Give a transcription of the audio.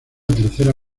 tercera